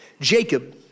Jacob